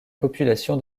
population